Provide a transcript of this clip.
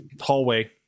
hallway